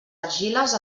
argiles